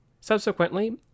Subsequently